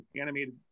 animated